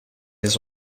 his